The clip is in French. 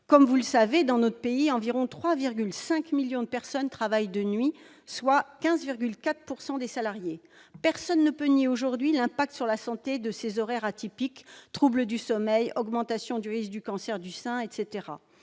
Comme vous le savez, dans notre pays, environ 3,5 millions de personnes travaillent de nuit, soit 15,4 % des salariés. Personne ne peut nier l'impact de ces horaires atypiques sur la santé : troubles du sommeil, augmentation du risque du cancer du sein, etc.